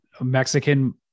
Mexican